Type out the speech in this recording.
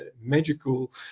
magical